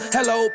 Hello